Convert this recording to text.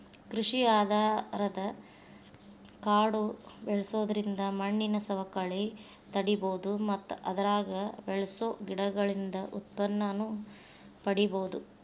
ಕೃಷಿ ಆಧಾರದ ಕಾಡು ಬೆಳ್ಸೋದ್ರಿಂದ ಮಣ್ಣಿನ ಸವಕಳಿ ತಡೇಬೋದು ಮತ್ತ ಅದ್ರಾಗ ಬೆಳಸೋ ಗಿಡಗಳಿಂದ ಉತ್ಪನ್ನನೂ ಪಡೇಬೋದು